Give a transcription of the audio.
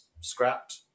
scrapped